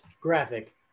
graphic